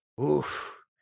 Oof